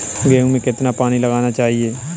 गेहूँ में कितना पानी लगाना चाहिए?